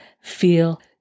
feel